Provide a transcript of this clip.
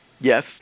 Yes